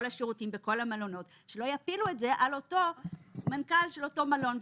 השירותים בכל המלונות ושלא יפילו את זה על אותו מנכ"ל של אותו מלון.